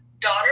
daughter